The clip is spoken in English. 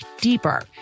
deeper